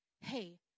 hey